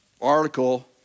article